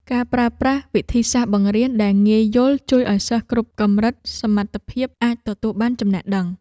ការប្រើប្រាស់វិធីសាស្ត្របង្រៀនដែលងាយយល់ជួយឱ្យសិស្សគ្រប់កម្រិតសមត្ថភាពអាចទទួលបានចំណេះដឹង។